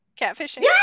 Catfishing